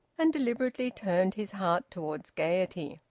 and deliberately turned his heart towards gaiety.